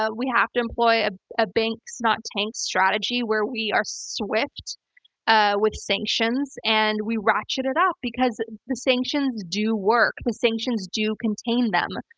ah we have to employ a ah banks-not-tanks strategy where we are swift ah with sanctions and we ratchet it up, because the sanctions do work. the sanctions do contain them.